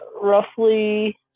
roughly